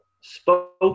spoke